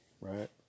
right